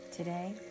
Today